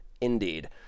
indeed